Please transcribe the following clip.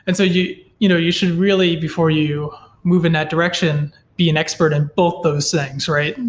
and so you you know you should really, before you move in that direction be an expert in both those things, right?